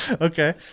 Okay